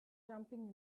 jumping